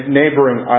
neighboring